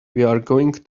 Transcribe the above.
going